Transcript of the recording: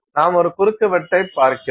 நாம் ஒரு குறுக்குவெட்டைப் பார்க்கிறோம்